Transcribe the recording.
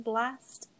last